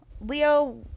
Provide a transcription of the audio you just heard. Leo